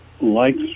likes